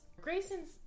Grayson's